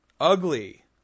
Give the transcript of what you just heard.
ugly